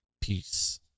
peace